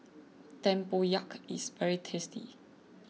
Tempoyak is very tasty